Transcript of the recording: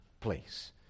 place